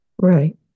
Right